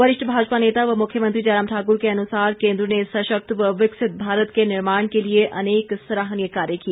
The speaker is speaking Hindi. वरिष्ठ भाजपा नेता व मुख्यमंत्री जयराम ठाकुर के अनुसार केंद्र ने सशक्त व विकसित भारत के निर्माण के लिए अनेक सराहनीय कार्य किए